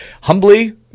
Humbly